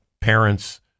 Parents